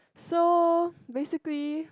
so basically